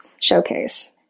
showcase